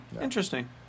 Interesting